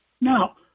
Now